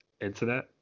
internet